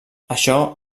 això